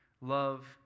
Love